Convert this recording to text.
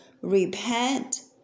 Repent